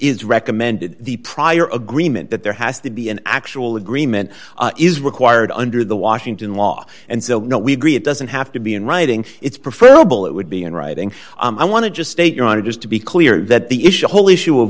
is recommended the prior agreement that there has to be an actual agreement is required under the washington law and so we agree it doesn't have to be in writing it's prefer lobel it would be in writing i want to just state your honor just to be clear that the issue whole issue of